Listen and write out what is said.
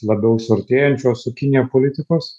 labiau suartėjančios su kinija politikos